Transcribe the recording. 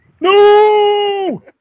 No